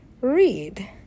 read